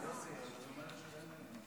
הכנסת, להלן תוצאות